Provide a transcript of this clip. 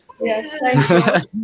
Yes